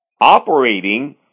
operating